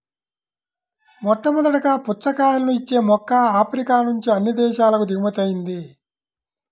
మొట్టమొదటగా పుచ్చకాయలను ఇచ్చే మొక్క ఆఫ్రికా నుంచి అన్ని దేశాలకు దిగుమతి అయ్యింది